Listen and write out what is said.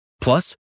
Plus